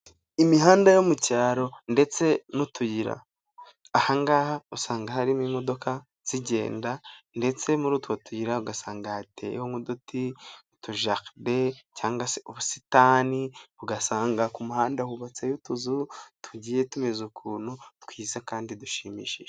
Imihanda yo mu cyaro ndetse n'utuyira, ahangaha usanga harimo imodoka, zigenda ndetse muri utwo tuyira ugasanga hateyeho nk'utujaride cyangwa se ubusitani, ugasanga ku muhanda hubatse utuzu tugiye tumeze ukuntu twiza kandi dushimishije.